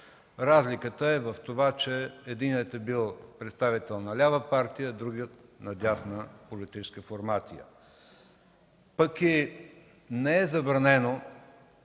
Разликата е в това, че единият е бил представител на лява партия, а другият – на дясна политическа формация. Пък и не е забранено